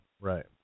Right